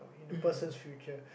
in the person's future